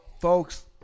folks